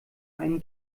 einen